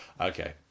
Okay